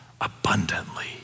abundantly